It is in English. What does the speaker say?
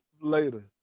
later